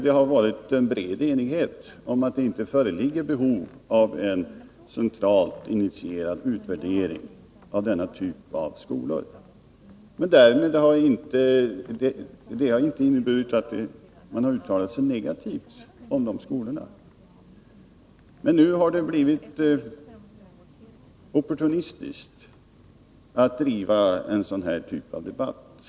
Det har varit en bred enighet om att det inte föreligger behov av en centralt initierad utvärdering av denna typ av skolor. Men det har inte inneburit att man har uttalat sig negativt om de skolorna. Nu har det blivit opportunistiskt att driva en sådan här typ av debatt.